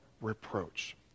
reproach